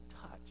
touch